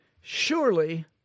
surely